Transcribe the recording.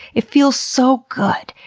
it feels so good,